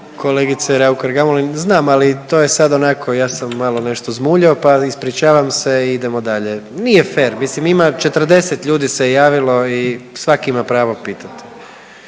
Kolegice Raukar Gamulin znam, ali to je sad onako ja sam malo nešto zmuljao pa ispričavam se i idemo dalje. Nije fer, mislim ima 40 ljudi se javilo i svaki ima pravo pitati.